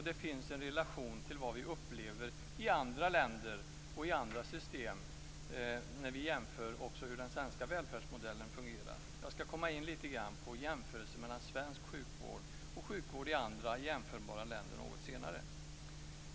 Det finns en relation till vad vi upplever i andra länder och andra system när vi jämför hur den svenska välfärdsmodellen fungerar. Jag skall komma in på frågan om svensk sjukvård och sjukvård i andra jämförbara länder något senare.